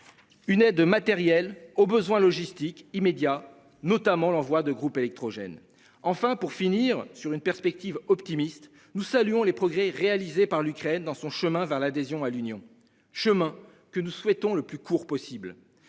Une aide matérielle aux besoins logistiques immédiat, notamment l'envoi de groupes électrogènes. Enfin pour finir sur une perspective optimiste. Nous saluons les progrès réalisés par l'Ukraine dans son chemin vers l'adhésion à l'Union chemin que nous souhaitons le plus court possible.